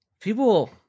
People